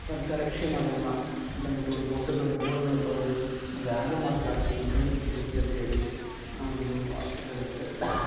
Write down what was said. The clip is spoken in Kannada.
ಸರ್ಕಾರಿ ಕ್ಷೇಮಧಾಮ ಅಂತ ಅಂದ್ಬಿಟ್ಟು ಒಂದು ದೊಡ್ಡ ದೊಡ್ಡ ಬೋರ್ಡ್ಗಳಲ್ಲಿ ಬರೆದು ಒಂದು ಆ್ಯರೊ ಮಾರ್ಕ್ ಹಾಕಿ ಈ ಕಡೆಯೇ ಸಿಗುತ್ತೆ ಅಂಥೇಳಿ ಒಂದು ಆಸ್ಪತ್ರೆಗಳಿದೆ